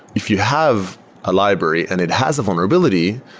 if you have a library and it has a vulnerability,